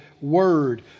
word